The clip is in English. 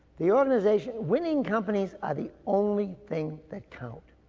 the organization, winning companies are the only thing that count.